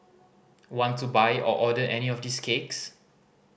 want to buy or order any of these cakes